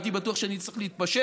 הייתי בטוח שאני אצטרך להתפשר